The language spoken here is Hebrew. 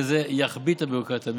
וזה יכביד את הביורוקרטיה,